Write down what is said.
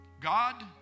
God